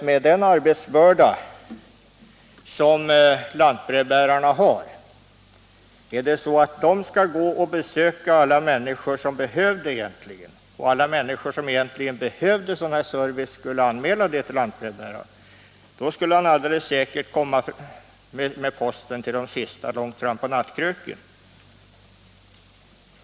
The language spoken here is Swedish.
Men skulle lantbrevbärarna med sin stora arbetsbörda besöka alla människor som egentligen behöver service och skulle alla som behöver service anmäla detta till lantbrevbäraren, skulle denne alldeles säkert komma med posten till de sista långt fram på nattkröken.